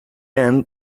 end